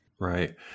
Right